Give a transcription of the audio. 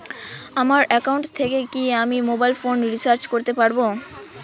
আমার একাউন্ট থেকে কি আমি মোবাইল ফোন রিসার্চ করতে পারবো?